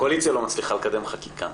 הקואליציה לא מצליחה לקדם חקיקה,